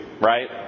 Right